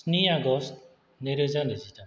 स्नि आगस्ट नैरोजा नैजिथाम